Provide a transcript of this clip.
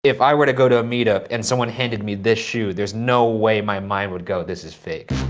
if i were to go to a meetup and someone handed me this shoe, there's no way my mind would go, this is fake.